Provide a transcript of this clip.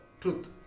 truth